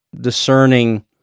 discerning